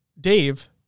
Dave